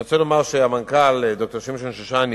אני רוצה לומר שהמנכ"ל, ד"ר שמשון שושני,